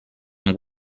amb